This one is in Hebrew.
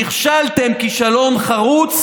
נכשלתם כישלון חרוץ